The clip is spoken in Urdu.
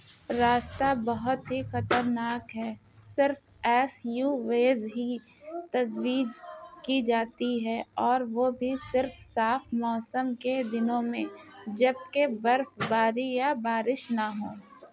راستہ بہت ہی خطرناک ہے صرف ایس یو ویز ہی تجویز کی جاتی ہے اور وہ بھی صرف صاف موسم کے دنوں میں جبکہ برف باری یا بارش نہ ہو